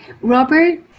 Robert